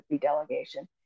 delegation